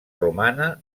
romana